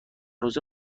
روزه